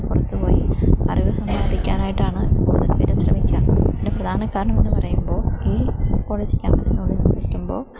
പുറത്തു പോയി അറിവ് സമ്പാദിക്കാനായിട്ടാണ് നിരന്തരം ശ്രമിക്കുക അതിൻറ്റെ പ്രധാന കാരണമെന്നു പറയുമ്പോൾ ഈ കോളേജ് ക്യാമ്പസിനുള്ളിൽ നിൽക്കുമ്പോൾ